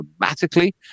dramatically